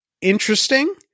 interesting